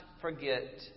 forget